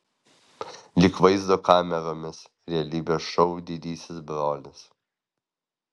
lyg vaizdo kameromis realybės šou didysis brolis